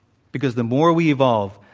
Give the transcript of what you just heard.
because the more we evolve,